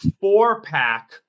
four-pack